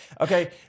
Okay